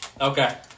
Okay